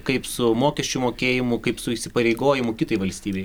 kaip su mokesčių mokėjimu kaip su įsipareigojimu kitai valstybei